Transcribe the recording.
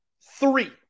three